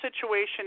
situation